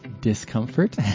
discomfort